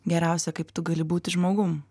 geriausia kaip tu gali būti žmogum